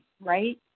right